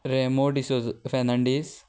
Remo D'Souza Fernandes